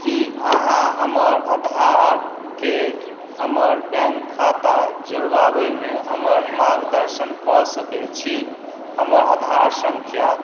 की अहाँ हमर आधारके हमर बैंक खाता जोड़बाबैमे हमर मार्गदर्शन कऽ सकैत छी हमर आधार सङ्ख्या